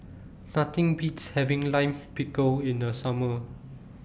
Nothing Beats having Lime Pickle in The Summer